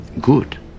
Good